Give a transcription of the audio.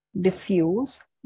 diffuse